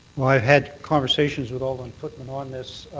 had conversations with alderman pootmans on this.